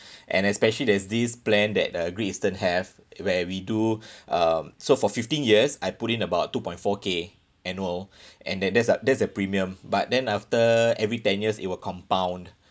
and especially there's this plan that uh Great Eastern have where we do um so for fifteen years I put in about two point four K annual and there there's a there's a premium but then after every ten years it will compound